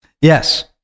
Yes